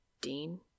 Dean